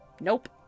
Nope